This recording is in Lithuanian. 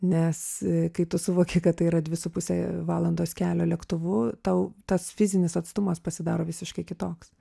nes kai tu suvoki kad tai yra dvi su puse valandos kelio lėktuvu tau tas fizinis atstumas pasidaro visiškai kitoks